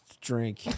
drink